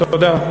תודה.